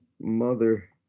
mother